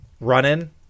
Running